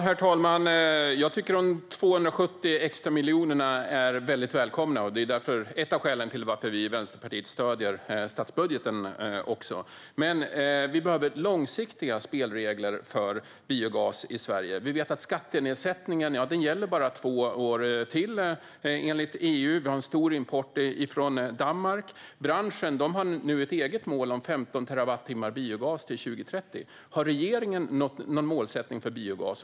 Herr talman! De 270 extra miljonerna är väldigt välkomna och är ett av skälen till att Vänsterpartiet stöder statsbudgeten. Men det behövs långsiktiga spelregler för biogas i Sverige. Vi vet att skattenedsättningen bara gäller i två år till, enligt EU. Och vi har en stor import från Danmark. Branschen har nu ett eget mål om 15 terawattimmar biogas till 2030. Har regeringen någon målsättning för biogas?